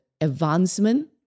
advancement